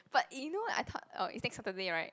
but you know I thought orh it's next Saturday right